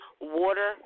water